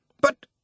But